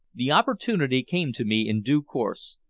the opportunity came to me in due course,